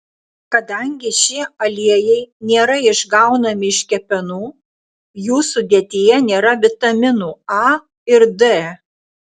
kadangi šie aliejai nėra išgaunami iš kepenų jų sudėtyje nėra vitaminų a ir d